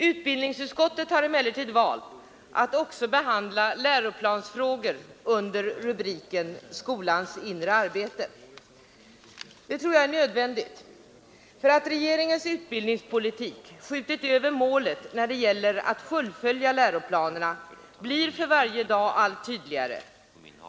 Utbildningsutskottet har emellertid valt att också behandla läroplansfrågor under rubriken skolans inre arbete. Detta tror jag är nödvändigt. Att regeringens utbildningspolitik skjutit över målet när det gäller att fullfölja läroplanerna blir för varje dag allt tydligare.